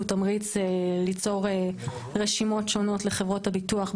תמריץ ליצור רשימות שונות לחברות הביטוח,